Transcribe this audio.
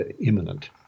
imminent